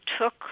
took